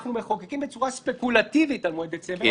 אנחנו מחוקקים בצורה ספקולטיבית על מועד דצמבר,